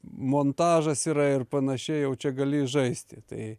montažas yra ir panašiai jau čia gali žaisti tai